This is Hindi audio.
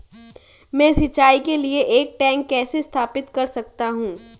मैं सिंचाई के लिए एक टैंक कैसे स्थापित कर सकता हूँ?